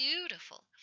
beautiful